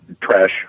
trash